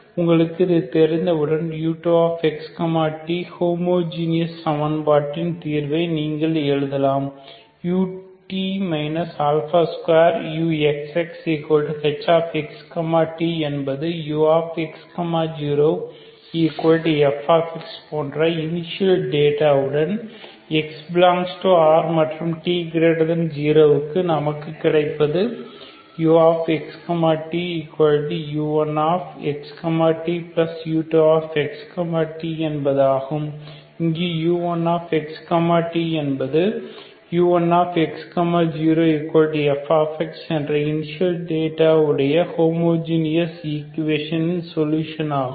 உங்களுக்கு இது தெரிந்தவுடன் u2x t ஹோமோஜீனியஸ் சமன்பாட்டின் தீர்வை நீங்கள் எழுதலாம் ut 2uxxhx t என்பது ux 0f போன்ற இனிஷியல் டேட்டா உடன் x∈R மற்றும் t0 க்கு நமக்கு கிடைப்பது ux tu1x t u2x t என்பதாகும் இங்கு u1x t என்பது u1x 0f என்ற இனிஷியல் டேட்டா உடைய ஹோமோஜீனஸ் ஈக்குவேஷனின் சொலுஷனாகும்